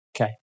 Okay